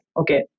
okay